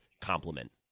compliment